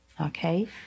Okay